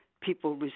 people